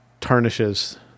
tarnishes